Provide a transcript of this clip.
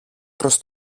προς